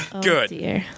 Good